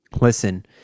listen